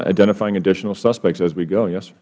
identifying additional suspects as we go yes